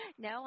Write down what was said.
No